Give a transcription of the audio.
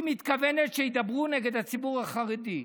היא מתכוונת שידברו נגד הציבור החרדי.